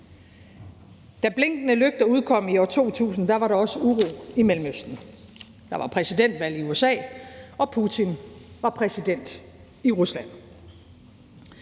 Da »Blinkende lygter« kom i biograferne i år 2000, var der også uro i Mellemøsten. Der var præsidentvalg i USA, og Putin var præsident i Rusland.